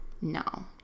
No